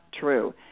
true